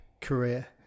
career